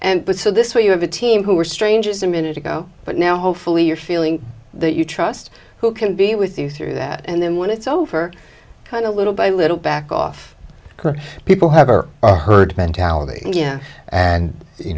and so this way you have a team who were strangers a minute ago but now hopefully you're feeling that you trust who can be with you through that and then when it's over kind of little by little back off people have her herd mentality and yeah and you